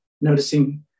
Noticing